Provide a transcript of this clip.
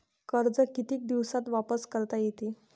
कर्ज कितीक दिवसात वापस करता येते?